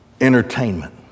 entertainment